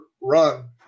run